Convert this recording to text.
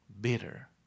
Bitter